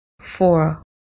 four